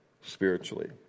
spiritually